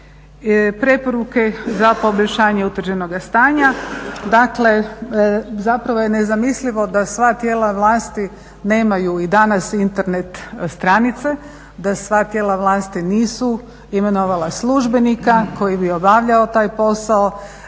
Preporuke za poboljšanje utvrđenoga stanja. Dakle, zapravo je nezamislivo da sva tijela vlasti nemaju i danas Internet stranice, da sva tijela vlasti nisu imenovala službenika koji bi obavljao taj posao.